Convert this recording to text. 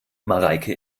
mareike